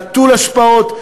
נטול השפעות,